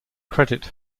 credit